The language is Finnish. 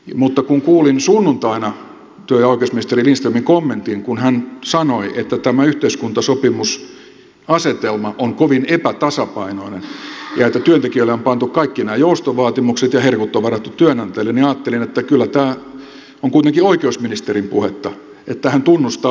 mutta kun kuulin sunnuntaina työ ja oikeusministeri lindströmin kommentin kun hän sanoi että tämä yhteiskuntasopimusasetelma on kovin epätasapainoinen ja että työntekijöille on pantu kaikki nämä joustovaatimukset ja herkut on varattu työnantajille niin ajattelin että kyllä tämä on kuitenkin oikeusministerin puhetta että hän tunnustaa oikeuden ja kohtuuden